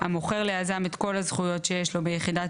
המוכר ליזם את כל הזכויות שיש לו ביחידת